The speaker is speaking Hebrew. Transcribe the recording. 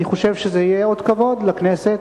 אני חושב שזה יהיה אות כבוד לכנסת.